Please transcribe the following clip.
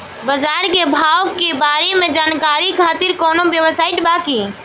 बाजार के भाव के बारे में जानकारी खातिर कवनो वेबसाइट बा की?